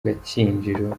gakinjiro